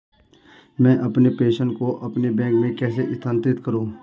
मैं अपने प्रेषण को अपने बैंक में कैसे स्थानांतरित करूँ?